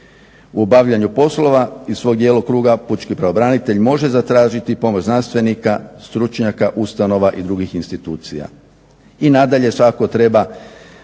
U obavljanju poslova iz svog djelokruga pučki pravobranitelj može zatražiti pomoć znanstvenika, stručnjaka, ustanova i drugih institucija. I nadalje, svakako treba